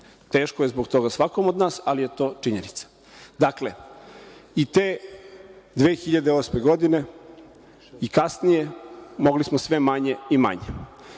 Teško je zbog toga svakom od nas, ali je to činjenica. Dakle, i te 2008. godine i kasnije mogli smo sve manje i manje.